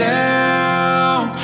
down